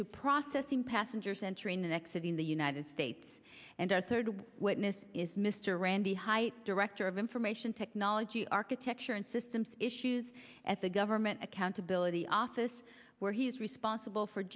to processing passengers entering the next city in the united states and our third witness is mr randy height director of information technology architecture and systems issues at the government accountability office where he is responsible for